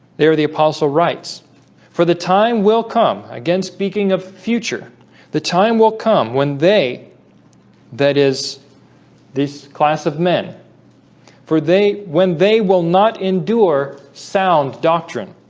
they are the apostle writes for the time will come again speaking of future the time will come when they that is this class of men for they when they will not endure sound doctrine